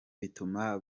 bituma